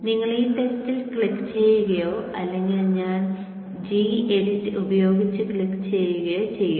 നിങ്ങൾ ഈ ടെസ്റ്റിൽ ക്ലിക്ക് ചെയ്യുകയോ അല്ലെങ്കിൽ ഞാൻ g എഡിറ്റ് ഉപയോഗിച്ച് ക്ലിക്ക് ചെയ്യുകയോ ചെയ്യും